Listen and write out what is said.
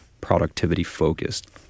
productivity-focused